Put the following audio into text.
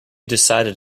decided